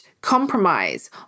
compromise